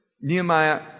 Nehemiah